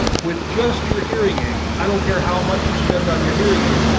with just your hearing aids i don't care how much you spend on your hearing aids,